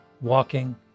walking